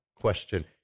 question